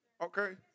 okay